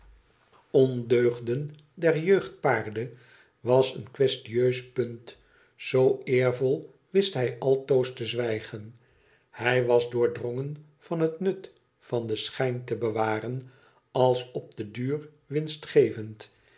ondeugden der jeugd paarde was een quaestieus punt zoo eervol wist hij altoos te zwijgen hij was doordrongen van het nut van den schijn te bewaren ais op den duur winstgevend